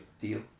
deal